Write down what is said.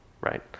Right